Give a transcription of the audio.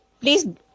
please